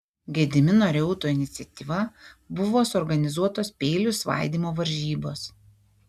gedimino reuto iniciatyva buvo suorganizuotos peilių svaidymo varžybos